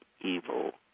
evil